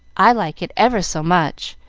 i like it ever so much,